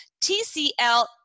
TCL